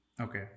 Okay